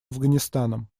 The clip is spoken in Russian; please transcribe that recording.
афганистаном